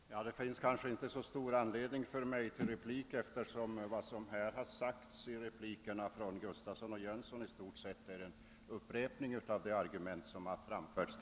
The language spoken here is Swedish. Herr talman! Det finns kanske inte så stor anledning för mig att bemöta vad herrar Gustavsson i Alvesta och Jönsson i Ingemarsgården anfört i sina repliker, eftersom dessa i stort sett utgjorde en upprepning av de argument som tidigare framförts.